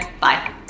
Bye